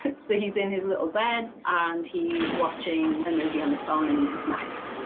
so, he's in his little bed and he's watching a movie on his phone and eating snacks.